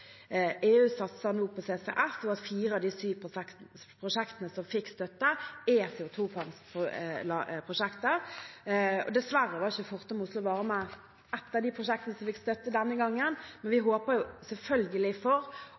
EU nå satser på CCS, og at fire av de syv prosjektene som fikk støtte, er CO 2 -fangst- og -lagringsprosjekter. Dessverre var ikke Fortum Oslo Varme et av de prosjektene som fikk støtte denne gangen, men vi håper selvfølgelig